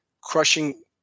crushing